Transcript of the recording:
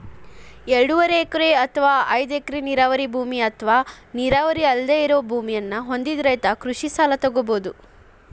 ಎರಡೂವರೆ ಎಕರೆ ಅತ್ವಾ ಐದ್ ಎಕರೆ ನೇರಾವರಿ ಭೂಮಿ ಅತ್ವಾ ನೇರಾವರಿ ಅಲ್ದೆ ಇರೋ ಭೂಮಿಯನ್ನ ಹೊಂದಿದ ರೈತ ಕೃಷಿ ಸಲ ತೊಗೋಬೋದು